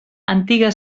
antiga